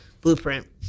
Blueprint